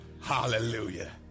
Hallelujah